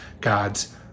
God's